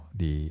di